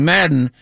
Madden